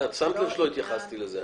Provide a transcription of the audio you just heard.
זה לא עניין --- את שמת לב שלא התייחסתי לזה.